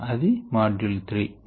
అది మాడ్యూల్ 3